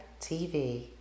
TV